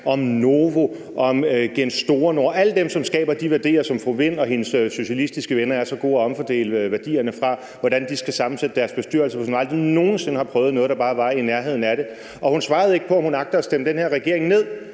Novo, GN Store Nord, alle dem, som skaber de værdier, som fru Birgitte Vind og hendes socialistiske venner er så gode til at omfordele værdierne fra, skal sammensætte deres bestyrelser, hvis hun aldrig nogen sinde har prøvet noget, der bare var i nærheden af det? Hun svarede ikke på, om hun agter at stemme den her regering ned.